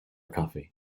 coffee